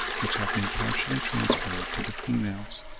which have been partially transferred to the females.